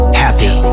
happy